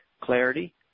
Clarity